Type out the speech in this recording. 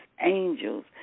angels